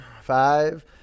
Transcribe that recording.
Five